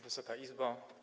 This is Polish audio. Wysoka Izbo!